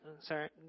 Sorry